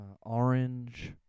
orange